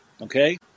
Okay